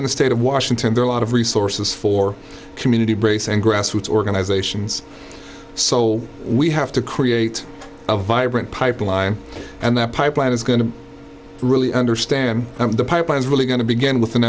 the state of washington there are a lot of resources for community brace and grassroots organizations so we have to create a vibrant pipeline and that pipeline is going to really understand the pipeline is really going to begin with an